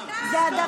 זה לא נכון, בחייך.